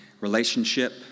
relationship